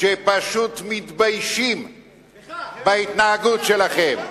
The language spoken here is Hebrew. שפשוט מתביישים בהתנהגות שלכם.